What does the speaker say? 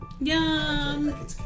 Yum